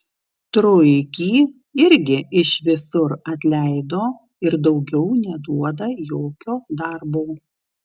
truikį irgi iš visur atleido ir daugiau neduoda jokio darbo